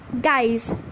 guys